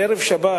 בערב שבת,